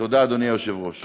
תודה, אדוני היושב-ראש.